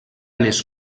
les